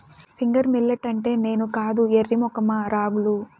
finger millet అంటే నేను కాదు ఎర్రి మొఖమా రాగులు